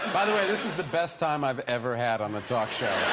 by the way, this is the best time i've ever had on a talk show.